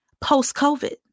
post-COVID